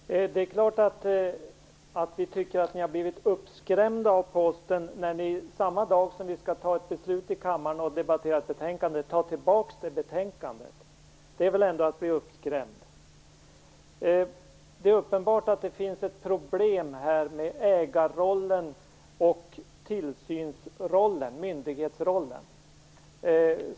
Fru talman! Det är klart att vi tycker att ni har blivit uppskrämda av Posten, när ni samma dag som vi i kammaren skall fatta beslut med anledning av ett betänkande drar tillbaka detta betänkande. Då har man väl blivit uppskrämd. Det är uppenbart att det finns ett problem med ägarrollen och myndighetsrollen.